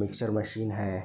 mixer machine है